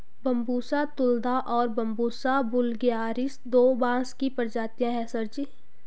Bambusa तुलदा और बंबूसा वुल्गारिस दो बांस की प्रजातियां हैं सर जी